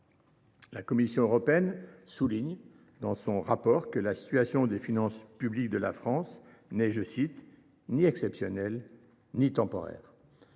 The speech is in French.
La Commission européenne souligne dans son rapport que la situation des finances publiques de la France n’est « ni exceptionnelle ni temporaire ».